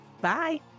Bye